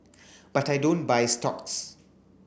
but I don't buy stocks